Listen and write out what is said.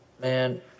Man